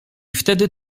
wtedy